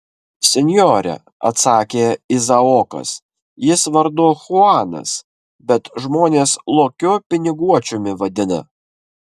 senjore atsakė izaokas jis vardu chuanas bet žmonės lokiu piniguočiumi vadina